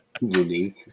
unique